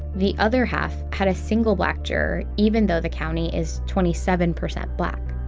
the other half had a single black juror. even though the county is twenty seven percent black.